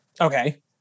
Okay